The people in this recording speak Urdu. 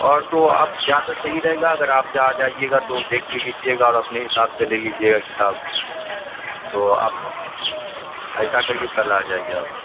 اور تو اب زیادہ صحیح رہے گا اگر آپ آ جائیے گا تو دیکھ بھی لیجیے گا اور اپنے حساب سے لے لیجیے گا کتاب تو آپ ایسا کریئے کل آ جائیے آپ